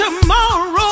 Tomorrow